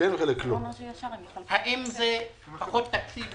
האם זה פחות תקציב